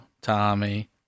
Tommy